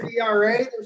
ERA